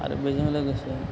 आरो बेजों लोगोसे